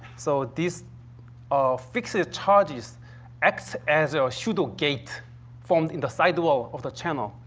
so, these ah fixed charges acts as a pseudo-gate formed in the side wall of the channel.